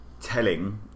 telling